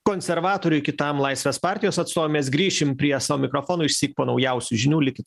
konservatoriui kitam laisvės partijos atstovui mes grįšim prie savo mikrofonų išsyk po naujausių žinių likit